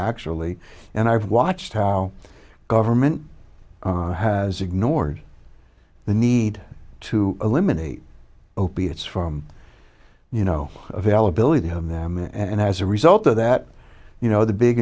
actually and i've watched how government has ignored the need to eliminate opiates from you know availability of them and as a result of that you know the big